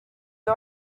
the